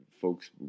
folks